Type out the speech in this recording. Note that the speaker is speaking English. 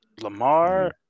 Lamar